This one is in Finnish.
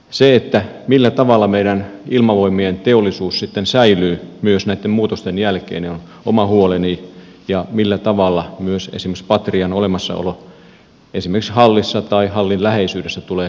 se millä tavalla meidän ilmavoimien teollisuus sitten säilyy myös näitten muutosten jälkeen on oma huoleni kuten se millä tavalla myös esimerkiksi patrian olemassaolo esimerkiksi hallissa tai hallin läheisyydessä tulee säilymään